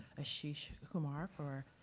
ashish kumar for